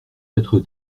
être